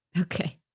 okay